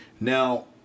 Now